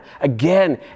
Again